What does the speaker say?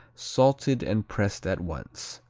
salted and pressed at once.